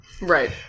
Right